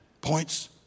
points